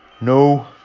No